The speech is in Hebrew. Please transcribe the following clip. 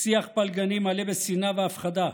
"שיח פלגני, מלא בשנאה ובהפחדה"